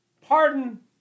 Pardon